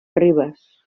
ribes